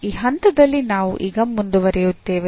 ಈ ಹಂತದಲ್ಲಿ ನಾವು ಈಗ ಮುಂದುವರಿಯುತ್ತೇವೆ